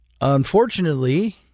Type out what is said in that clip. unfortunately